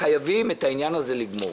חייבים את העניין הזה לגמור.